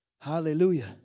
Hallelujah